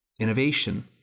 Innovation